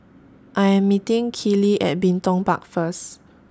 I Am meeting Keeley At Bin Tong Park First